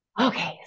Okay